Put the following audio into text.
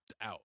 out